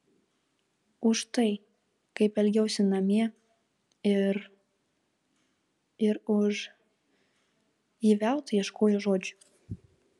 už tai kaip elgiausi namie ir ir už ji veltui ieškojo žodžių